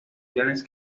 clanes